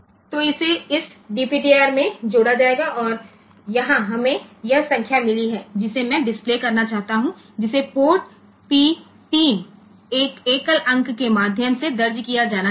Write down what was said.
तो इसे इस DPTR में जोड़ा जाएगा और यहां हमें यह संख्या मिली है जिसे मैं डिस्प्ले करना चाहता हूं जिसे पोर्ट P 3 1 एकल अंक के माध्यम से दर्ज किया जाना चाहिए